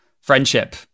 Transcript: friendship